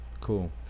Cool